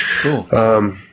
Cool